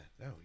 no